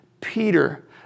Peter